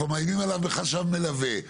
כבר מאיימים עליו בחשד מלווה,